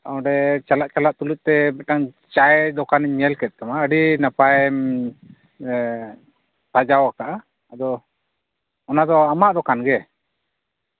ᱚᱸᱰᱮ ᱪᱟᱞᱟᱜ ᱪᱟᱞᱟᱜ ᱛᱩᱞᱩᱡ ᱛᱮ ᱢᱤᱫᱴᱟᱝ ᱪᱟᱭ ᱫᱚᱠᱟᱱᱮᱧ ᱧᱮᱞ ᱠᱮᱫ ᱛᱟᱢᱟ ᱟᱹᱰᱤ ᱱᱟᱯᱟᱭᱮᱢ ᱥᱟᱡᱟᱣ ᱟᱠᱟᱜᱼᱟ ᱟᱫᱚ ᱚᱱᱟ ᱫᱚ ᱟᱢᱟᱜ ᱫᱚᱠᱟᱱ ᱜᱮ